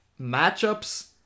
matchups